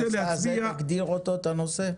תגדיר את הנושא.